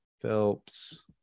Phelps